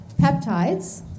peptides